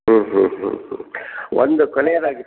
ಹ್ಞೂ ಹ್ಞೂ ಹ್ಞೂ ಒಂದು ಕೊನೆಯದಾಗಿ